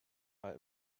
are